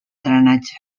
drenatge